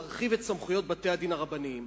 להרחיב את סמכויות בתי-הדין הרבניים.